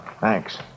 Thanks